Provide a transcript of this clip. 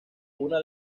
una